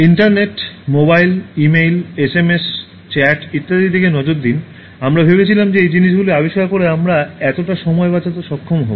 internet mobile email SMS chat ইত্যাদির দিকে নজর দিন আমরা ভেবেছিলাম যে এই জিনিসগুলি আবিষ্কার করে আমরা এতটা সময় বাঁচাতে সক্ষম হব